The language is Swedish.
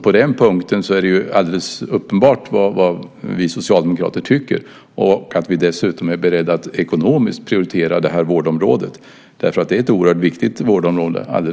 På den punkten är det alltså alldeles uppenbart vad vi socialdemokrater tycker och att vi dessutom är beredda att ekonomiskt prioritera det här vårdområdet. Det är självklart ett oerhört viktigt vårdområde.